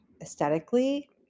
aesthetically